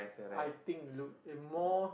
I think will look a bit more